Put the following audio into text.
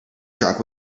truck